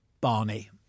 Barney